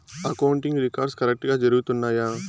accounting records కరెక్టుగా జరుగుతున్నాయా